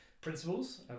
Principles